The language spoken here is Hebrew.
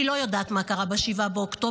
אני לא יודעת מה קרה ב-7 באוקטובר,